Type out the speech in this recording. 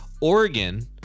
Oregon